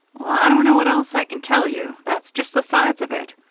well, i don't know what else i can tell you. that's just the size of it.